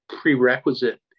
prerequisite